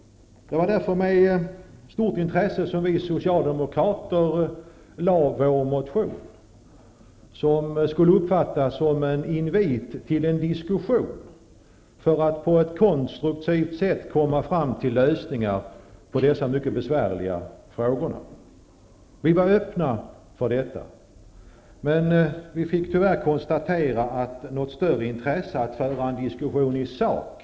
Det var därför med stort intresse som vi socialdemokrater avgav vår motion. Den skulle uppfattas som en invit till en diskussion för att man på ett konstruktivt sätt skulle komma fram till lösningar på dessa mycket besvärliga frågor. Vi var öppna för diskussioner, men tyvärr förekom det inte något större intresse av att föra en diskussion i sak.